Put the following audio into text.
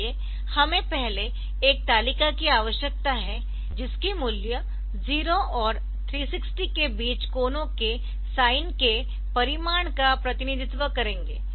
इसलिए हमें पहले एक तालिका की आवश्यकता है जिसके मूल्य 0 और 360 के बीच कोणों के साइन के परिमाण का प्रतिनिधित्व करेंगे